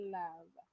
love